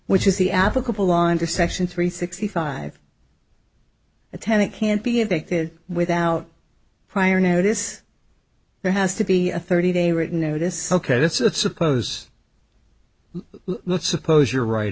which is the applicable law under section three sixty five a tenant can't be evicted without prior notice there has to be a thirty day written notice ok that's it suppose let's suppose you're right